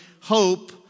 hope